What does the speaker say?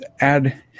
add